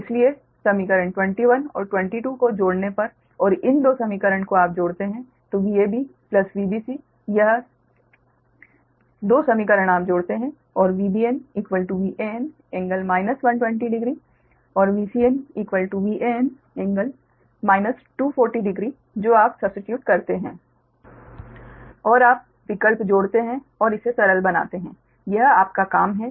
इसलिए समीकरण 21 और 22 को जोड़ने पर और इन 2 समीकरणों को आप जोड़ते है तो Vab Vbc यह 2 समीकरण आप जोड़ते हैं और Vbn Van∟ 120 डिग्री और Vcn Van∟ 240 डिग्री जो आप सब्स्टीट्यूट करते हैं और आप विकल्प जोड़ते हैं और इसे सरल बनाते हैं यह आपका काम है